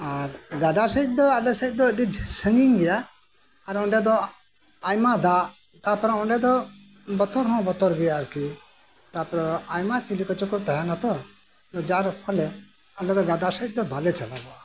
ᱟᱨ ᱜᱟᱰᱟ ᱥᱮᱡ ᱫᱚ ᱟᱞᱮ ᱥᱮᱡ ᱫᱚ ᱵᱚᱞᱮ ᱥᱟᱹᱜᱤᱧ ᱜᱮᱭᱟ ᱟᱨ ᱚᱰᱮ ᱫᱚ ᱟᱭᱢᱟ ᱫᱟᱜ ᱛᱟᱯᱚᱨᱮ ᱚᱰᱮ ᱫᱚ ᱵᱚᱛᱚᱨ ᱦᱚᱸ ᱵᱚᱛᱚᱨ ᱜᱮᱭᱟ ᱟᱨᱠᱤ ᱛᱟᱯᱚᱨᱮ ᱟᱭᱢᱟ ᱪᱤᱞᱤ ᱠᱚᱪᱚᱝ ᱠᱚ ᱛᱟᱸᱦᱮᱱᱟ ᱛᱳ ᱡᱟᱨ ᱯᱷᱚᱞᱮ ᱟᱞᱮ ᱫᱚ ᱜᱟᱰᱟ ᱥᱮᱡ ᱫᱚ ᱵᱟᱞᱮ ᱪᱟᱞᱟᱜᱚᱼᱟ